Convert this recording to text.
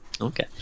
Okay